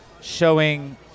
showing